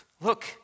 Look